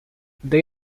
they